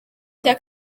cya